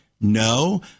No